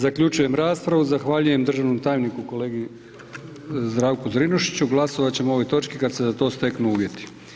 Zaključujem raspravu, zahvaljujem državnom tajniku, kolegi Zdravku Zrinušiću, glasovat ćemo o ovoj točki kad se za to steknu uvjeti.